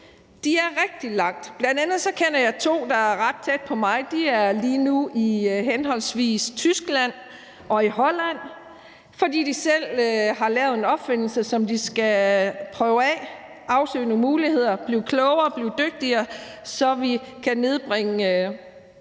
kommet rigtig langt. Bl.a. kender jeg to, som er ret tæt på mig, og som lige nu er i henholdsvis Tyskland og Holland, fordi de har lavet en opfindelse, som de skal prøve af, og de skal afsøge nogle muligheder, blive klogere og blive dygtigere, så vi kan nedbringe